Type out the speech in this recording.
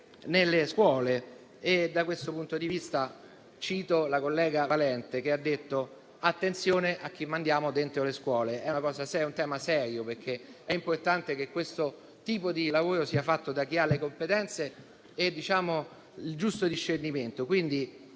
nelle scuole. Al riguardo cito la collega Valente, che ha richiamato a fare attenzione a chi mandiamo dentro le scuole: è un tema serio, perché è importante che questo tipo di lavoro sia fatto da chi ha le competenze e il giusto discernimento.